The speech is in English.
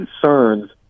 concerns